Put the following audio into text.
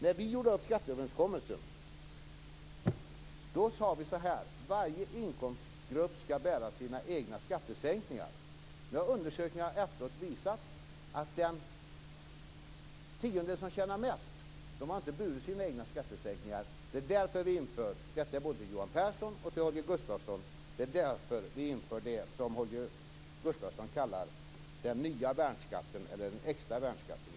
När vi gjorde upp skatteöverenskommelsen sade vi att varje inkomstsgrupp skall bära sina egna skattesänkningar. Nu har undersökningar efteråt visat att den tiondel som tjänar mest inte har burit sina egna skattesänkningar. Det är därför vi inför - det vill jag säga till både Johan Pehrson och Holger Gustafsson - det som Holger Gustafsson kallar den nya värnskatten eller den extra värnskatten.